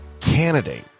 candidate